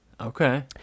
Okay